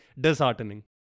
disheartening